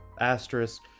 asterisk